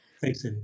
thanks